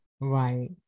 Right